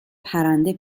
پرنده